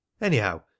anyhow